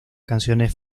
canciones